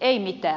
ei mitään